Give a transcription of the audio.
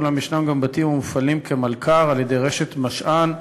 אולם ישנם גם בתים המופעלים כמלכ"ר על-ידי רשת "משען"